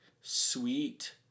sweet